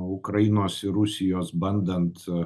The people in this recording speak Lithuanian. ukrainos ir rusijos bandant